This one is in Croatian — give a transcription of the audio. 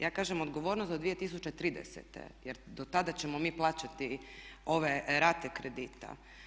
Ja kažem odgovornost do 2030. jer dotada ćemo mi plaćati ove rate kredita.